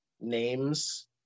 Names